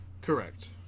correct